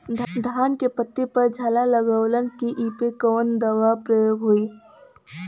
धान के पत्ती पर झाला लगववलन कियेपे कवन दवा प्रयोग होई?